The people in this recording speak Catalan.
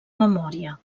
memòria